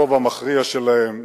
הרוב המכריע שלהם,